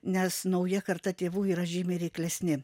nes nauja karta tėvų yra žymiai reiklesni